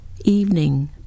Evening